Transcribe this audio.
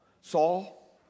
Saul